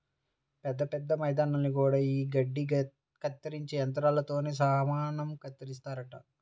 పెద్ద పెద్ద మైదానాల్ని గూడా యీ గడ్డి కత్తిరించే యంత్రాలతోనే సమానంగా కత్తిరిత్తారంట